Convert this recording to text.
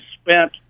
spent